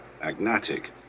agnatic